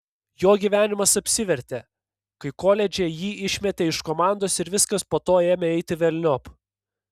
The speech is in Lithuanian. jo gyvenimas apsivertė kai koledže jį išmetė iš komandos ir viskas po to ėmė eiti velniop